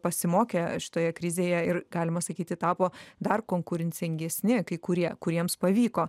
pasimokė šitoje krizėje ir galima sakyti tapo dar konkurencingesni kai kurie kuriems pavyko